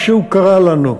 משהו קרה לנו.